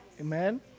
Amen